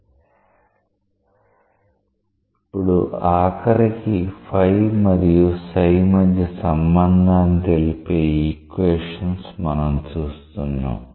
ఇప్పుడు ఆఖరికి మరియు మధ్య సంబంధాన్ని తెలిపే ఈక్వేషన్స్ మనం చూస్తున్నాం